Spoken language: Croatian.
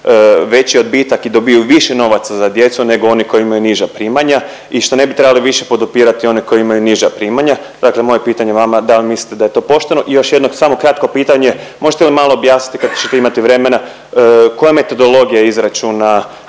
veći odbitak i dobivaju više novaca za djecu nego oni koji imaju niža primanja i što ne bi trebali više podupirati one koji imaju niža primanja. Dakle moje pitanje vama, da li mislite da je to pošteno. I još jedno samo kratko pitanje, možete li malo objasniti kada ćete imati vremena koja je metodologija izračuna